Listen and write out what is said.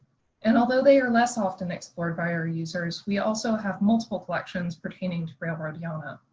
and although they are less often explored by researchers, we also have multiple collections pertaining to railroadiana.